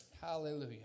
Hallelujah